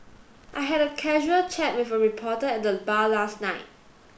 I had a casual chat with a reporter at the bar last night